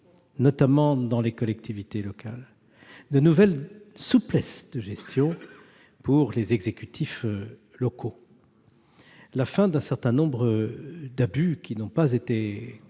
notamment dans les collectivités locales, de nouvelles souplesses de gestion pour les exécutifs locaux, la fin d'un certain nombre d'abus qui n'ont pas été corrigés